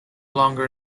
longer